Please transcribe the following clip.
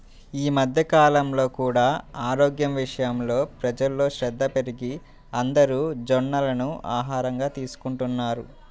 ఈ మధ్య కాలంలో కూడా ఆరోగ్యం విషయంలో ప్రజల్లో శ్రద్ధ పెరిగి అందరూ జొన్నలను ఆహారంగా తీసుకుంటున్నారు